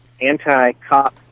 anti-cop